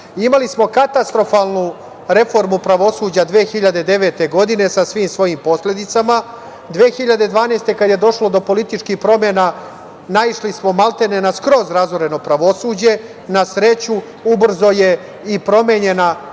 smo katastrofalnu reformu pravosuđa 2009. godine sa svim svojim posledicama. Godine 2012, kada je došlo do političkih promena, naišli smo maltene na skroz razoreno pravosuđe. Na sreću, ubrzo je i promenjena